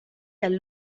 dal